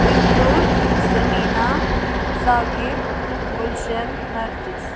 Bintul Samina Saqib Gulshan Nargis